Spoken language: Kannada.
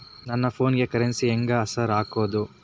ನನ್ ಫೋನಿಗೆ ಕರೆನ್ಸಿ ಹೆಂಗ್ ಸಾರ್ ಹಾಕೋದ್?